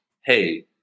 hey